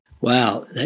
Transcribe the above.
Wow